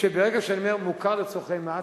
שברגע שאני אומר: מוכר לצורכי מס,